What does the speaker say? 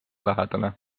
lähedale